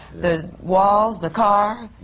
the walls, the car,